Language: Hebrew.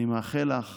אני מאחל לך